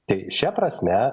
tai šia prasme